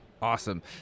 Awesome